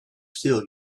still